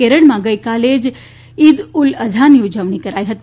કેરળમાં ગઇકાલે જ ઇદ ઉલ અઝાની ઉજવણી કરાઇ હતી